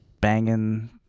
banging